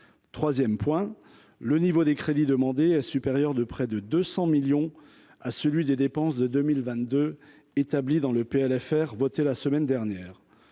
3ème point le niveau des crédits demandés est supérieur de près de 200 millions à celui des dépenses de 2022 établie dans le PLFR voté la semaine dernière,